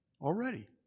already